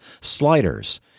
sliders